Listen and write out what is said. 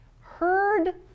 heard